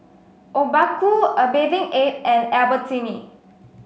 Obaku A Bathing Ape and Albertini